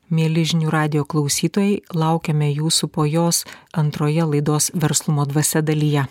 mieli žinių radijo klausytojai laukiame jūsų po jos antroje laidos verslumo dvasia dalyje